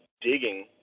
digging